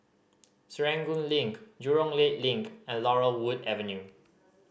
Serangoon Link Jurong Lake Link and Laurel Wood Avenue